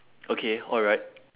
okay alright